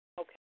Okay